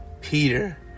Peter